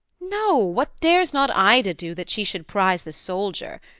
no what dares not ida do that she should prize the soldier?